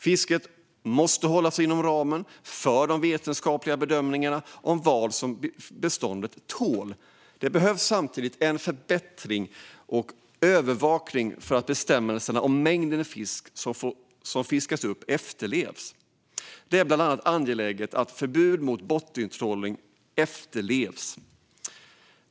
Fisket måste hålla sig inom ramen för de vetenskapliga bedömningarna av vad beståndet tål. Det behövs samtidigt en förbättrad övervakning för att bestämmelserna om mängden fisk som får fiskas upp ska efterlevas. Det är bland annat angeläget att förbud mot bottentrålning efterlevs.